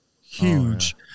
huge